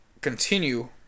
continue